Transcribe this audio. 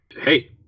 Hey